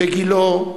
בגילה,